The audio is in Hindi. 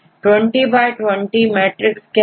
20 BY20 मैट्रिक्स क्या है